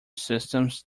systems